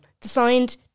Designed